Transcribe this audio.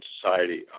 society